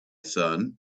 son